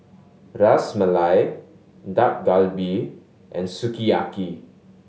Ras Malai Dak Galbi and Sukiyaki